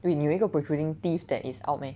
wait 你有一个 protruding teeth that is out meh